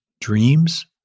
dreams